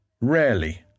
Rarely